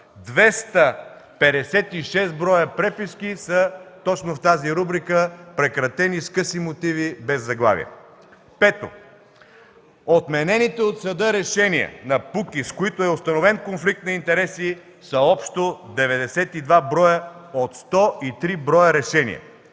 шест броя преписки са точно в тази рубрика – прекратени с къси мотиви, без заглавия. 5. Отменените от съда решения на КПУКИ, с които е установен конфликт на интереси, са общо 92 броя от 103 броя решения.